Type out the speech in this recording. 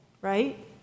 right